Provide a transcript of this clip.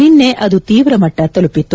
ನಿನ್ಲೆ ಅದು ತೀವ್ರಮಟ್ಲ ತಲುಪಿತ್ತು